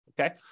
Okay